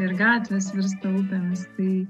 ir gatvės virsta upėmis tai